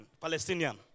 Palestinian